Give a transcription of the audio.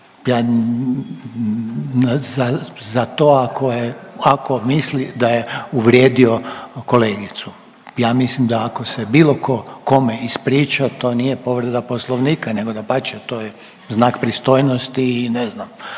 za to ako misli da je uvrijedio kolegicu. Ja mislim da ako se bilo tko kome ispriča to nije povreda Poslovnika, nego dapače to je znak pristojnosti i ne znam